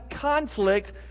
conflict